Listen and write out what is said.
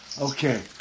Okay